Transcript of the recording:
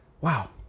wow